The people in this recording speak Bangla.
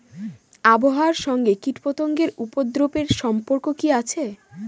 আবহাওয়ার সঙ্গে কীটপতঙ্গের উপদ্রব এর সম্পর্ক কি আছে?